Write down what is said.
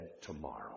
tomorrow